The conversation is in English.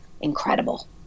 incredible